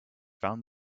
found